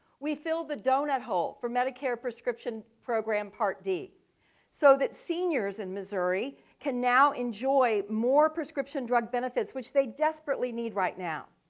we filled the donut hole for medicare prescription program part d so that seniors in missouri can now enjoy more prescription drug benefits which they desperately need right now.